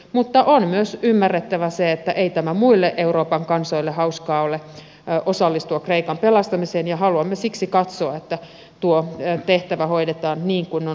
mutta on myös ymmärrettävä se että ei muille euroopan kansoille hauskaa ole osallistua kreikan pelastamiseen ja haluamme siksi katsoa että tuo tehtävä hoidetaan niin kuin on luvattu